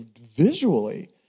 visually